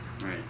Right